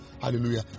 Hallelujah